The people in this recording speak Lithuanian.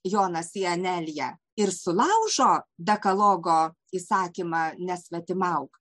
jonas į aneliją ir sulaužo dekalogo įsakymą nesvetimauk